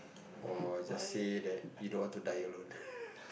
or just say that you don't want to die alone